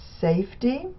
safety